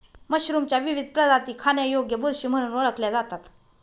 मशरूमच्या विविध प्रजाती खाण्यायोग्य बुरशी म्हणून ओळखल्या जातात